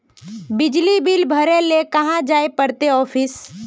बिजली बिल भरे ले कहाँ जाय पड़ते ऑफिस?